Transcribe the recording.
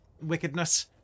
wickedness